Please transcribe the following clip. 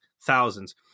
thousands